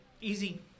easy